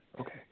Okay